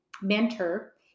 mentor